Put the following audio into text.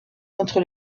contre